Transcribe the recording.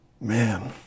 Man